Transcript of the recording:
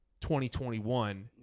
2021